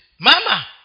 Mama